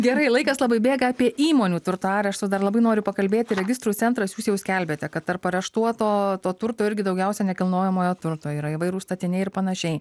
gerai laikas labai bėga apie įmonių turto areštus dar labai noriu pakalbėti registrų centras jūs jau skelbėte kad tarp areštuoto to turto irgi daugiausia nekilnojamojo turto yra įvairūs statiniai ir panašiai